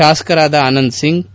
ಶಾಸಕರಾದ ಆನಂದ್ ಸಿಂಗ್ ಕೆ